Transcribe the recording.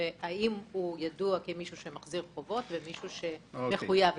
האם הוא ידוע כמישהו שמחזיר חובות ומישהו שמחויב לזה.